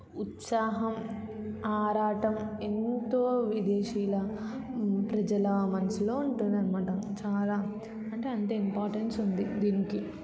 ఉత్సాహం ఆరాటం ఎంతో విదేశీ ప్రజల మనసులో ఉంటుంది అన్నమాట చాలా అంటే అంత ఇంపార్టెన్స్ ఉంది దీనికి